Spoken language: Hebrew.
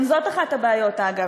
גם זאת אחת הבעיות, אגב.